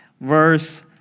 verse